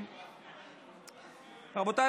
רבותיי,